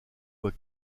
voix